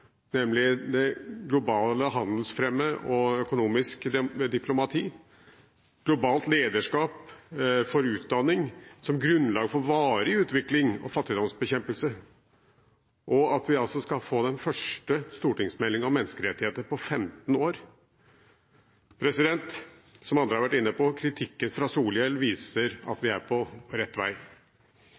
nemlig å fremme global handel og økonomisk diplomati, globalt lederskap for utdanning som grunnlag for varig utvikling og fattigdomsbekjempelse, og at vi altså skal få den første stortingsmeldingen om menneskerettigheter på 15 år? Som andre har vært inne på: Kritikken fra Solhjell viser at vi er på rett vei.